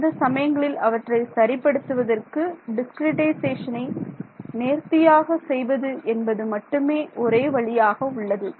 அந்த சமயங்களில் அவற்றை சரி படுத்துவதற்கு டிஸ்கிரிட்டைசேஷனை நேர்த்தியாக செய்வது என்பது மட்டுமே ஒரே வழியாக உள்ளது